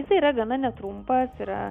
jisai yra gana netrumpas yra